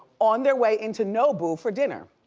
on their way into nobu for dinner.